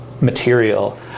material